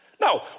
No